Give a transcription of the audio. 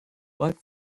but